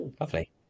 lovely